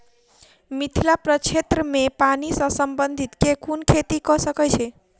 मिथिला प्रक्षेत्र मे पानि सऽ संबंधित केँ कुन खेती कऽ सकै छी?